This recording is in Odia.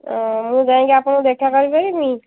ମୁଁ ଯାଇଁକି ଆପଣଙ୍କୁ ଦେଖା କରିପାରିବି